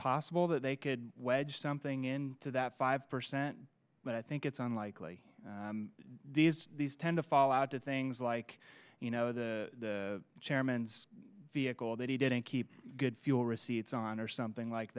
possible that they could wedge something in to that five percent but i think it's unlikely does these tend to fall out to things like you know the chairman's vehicle that he didn't keep good fuel receipts on or something like